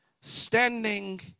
standing